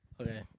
Okay